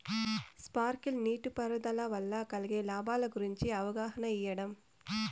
Sprinkle నీటిపారుదల వల్ల కలిగే లాభాల గురించి అవగాహన ఇయ్యడం?